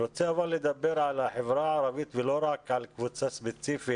אני רוצה לדבר על החברה הערבית ולא רק על קבוצה ספציפית,